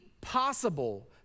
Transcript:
possible